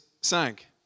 sank